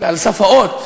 על סף האות,